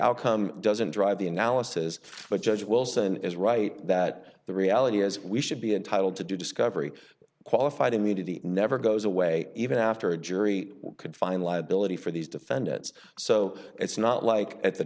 outcome doesn't drive the analysis but judge wilson is right that the reality is we should be entitled to discovery qualified immunity never goes away even after a jury could find liability for these defendants so it's not like at the